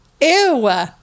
Ew